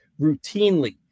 routinely